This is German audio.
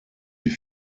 die